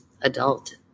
adult